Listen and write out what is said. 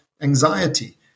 anxiety